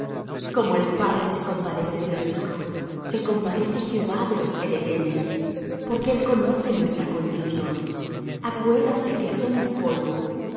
como el padre se compadece de los hijos se compadece jehová de los que le temen porque él conoce nuestra condición acuérdase que somos polvo